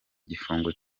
igifungo